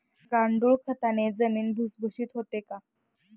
गांडूळ खताने जमीन भुसभुशीत होते का?